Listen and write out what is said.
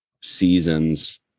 seasons